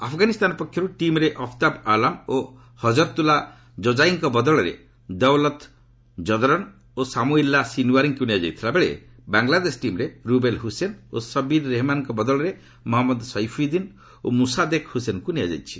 ଆଫ୍ଗାନିସ୍ତାନ ପକ୍ଷରୁ ଟିମ୍ରେ ଅଫ୍ତାବ୍ ଆଲାମ୍ ଓ ହଜରତୁଲା ଜଜାଇଙ୍କ ବଦଳରେ ଦୱଲତ୍ ଜଦରନ୍ ଓ ସାମୁଇଲ୍ଲା ସିନ୍ୱାରୀଙ୍କୁ ନିଆଯାଇଥିଲା ବେଳେ ବାଙ୍ଗଲାଦେଶ ଟିମ୍ରେ ରୁବେଲ୍ ହୁସେନ୍ ଓ ସବିର୍ ରେହେମାନଙ୍କ ବଦଳରେ ମହମ୍ମଦ୍ ସୈଫିଉଦ୍ଦିନ୍ ଓ ମୁସାଦେକ୍ ହୁସେନ୍ଙ୍କୁ ନିଆଯାଇଛି